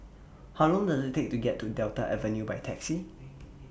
How Long Does IT Take to get to Delta Avenue By Taxi